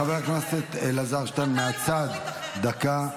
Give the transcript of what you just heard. חבר הכנסת אלעזר שטרן, מהצד, דקה.